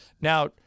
Now